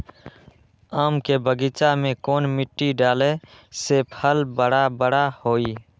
आम के बगीचा में कौन मिट्टी डाले से फल बारा बारा होई?